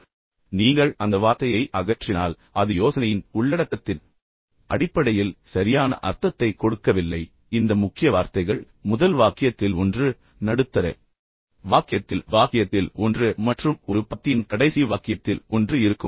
எனவே நீங்கள் அந்த வார்த்தையை அகற்றினால் அது யோசனையின் அடிப்படையில் உள்ளடக்கத்தின் அடிப்படையில் சரியான அர்த்தத்தைக் கொடுக்கவில்லை சில நேரங்களில் இந்த முக்கிய வார்த்தைகள் முதல் வாக்கியத்தில் ஒன்று நடுத்தர வாக்கியத்தில் ஒன்று மற்றும் ஒரு பத்தியின் கடைசி வாக்கியத்தில் ஒன்று இருக்கும்